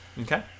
Okay